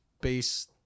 base